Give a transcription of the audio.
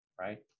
right